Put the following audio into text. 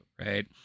right